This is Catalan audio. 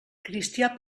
cristià